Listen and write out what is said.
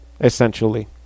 Essentially